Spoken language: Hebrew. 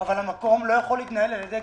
אבל המקום לא יכול להתנהל על ידי הקדשות.